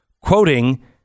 Quoting